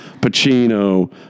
Pacino